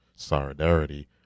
Solidarity